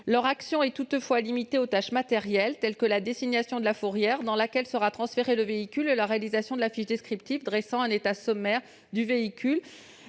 Leur action est toutefois limitée à ces tâches matérielles, telles que la désignation de la fourrière dans laquelle sera transféré le véhicule ou la réalisation de la fiche descriptive dressant un état sommaire du véhicule